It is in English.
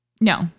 No